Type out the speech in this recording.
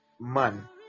man